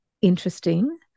interesting